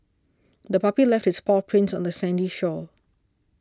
the puppy left its paw prints on the sandy shore